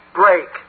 break